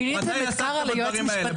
מי עסקת בדברים האלה?